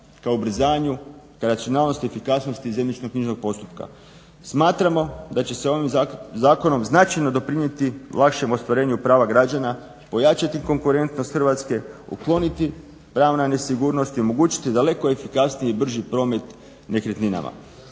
kao ubrzanju ka racionalnosti i efikasnosti zemljišno-knjižnog postupka. Smatramo da će se ovim zakonom značajno doprinijeti lakšem ostvarenju prava građana, pojačati konkurentnost Hrvatske, ukloniti pravna nesigurnost i omogućiti daleko efikasniji i brži promet nekretninama.